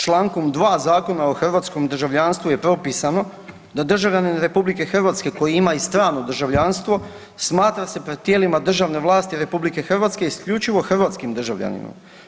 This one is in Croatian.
Čl. 2. Zakona o hrvatskom državljanstvu je propisano da državljanin RH koji ima i strano državljanstvo smatra se pred tijelima državne vlasti RH isključivo hrvatskim državljaninom.